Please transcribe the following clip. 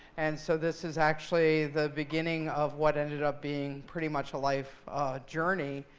and so this is, actually, the beginning of what ended up being, pretty much, a life journey.